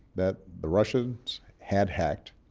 that the russians had hacked